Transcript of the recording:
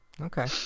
Okay